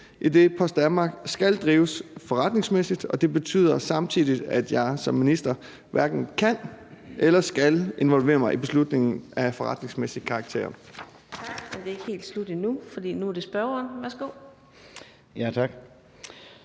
idet Post Danmark skal drives forretningsmæssigt. Det betyder samtidig, at jeg som minister hverken kan eller skal involvere mig i beslutninger af forretningsmæssig karakter.